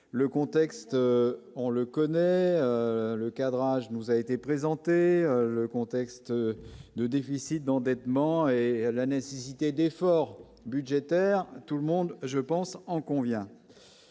le contexte, on le connaît le cadrage nous a été présenté le contexte de déficit d'endettement et à la nécessité d'efforts budgétaires, tout le monde, je pense, en convient,